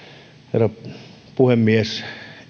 herra puhemies